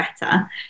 better